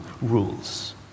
rules